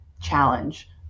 challenge